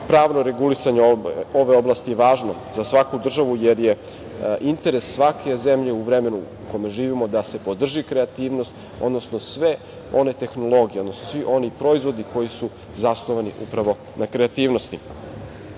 Pravno regulisanje ove oblasti je važno za svaku državu jer je interes svake zemlje u vremenu u kome živimo da se podrži kreativnost, odnosno sve one tehnologije, odnosno svi oni proizvodi koji su zasnovani upravo na kreativnosti.U